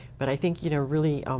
but i think you know really,